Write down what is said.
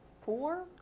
four